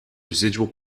residual